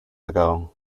ago